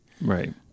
Right